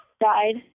died